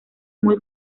muy